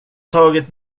tagit